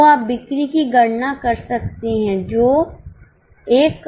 तो आप बिक्री की गणना कर सकते हैं जो 16720000 है